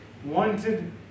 wanted